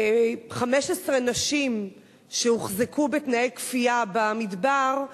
ו-15 נשים שהוחזקו בתנאי כפייה במדבר,